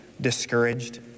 discouraged